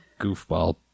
goofball